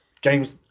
games